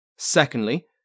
Secondly